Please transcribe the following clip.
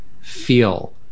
feel